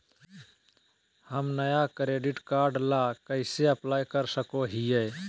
हम नया debit card ला कइसे अप्लाई कर सको हियै?